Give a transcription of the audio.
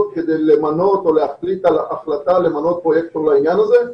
כדי למנות או להחליט החלטה למנות פרויקטור לעניין הזה.